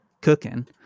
cooking